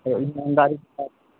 اور ایمانداری کے ساتھ